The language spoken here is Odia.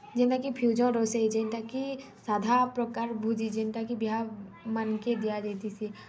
ଯେନ୍ଟାକି ଫ୍ୟୁଜନ୍ ରୋଷେଇ ଯେନ୍ଟାକି ସାଧା ପ୍ରକାର ଭୁଜି ଯେନ୍ଟାକି ବିହାମାନ୍କେ ଦିଆଯାଇଥିସି